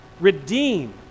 redeem